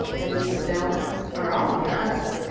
and mrs. valence, are all near us.